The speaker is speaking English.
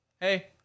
Hey